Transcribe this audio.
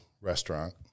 restaurant